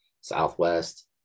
southwest